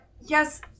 yes